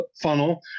funnel